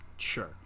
Sure